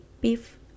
beef